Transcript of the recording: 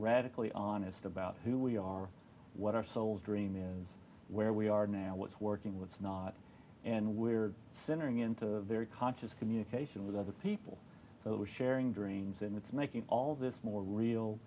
radically honest about who we are what our souls dream is where we are now what's working what's not and we're centering into very conscious communication with other people so that we're sharing dreams and it's making all this more real